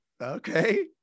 Okay